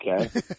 okay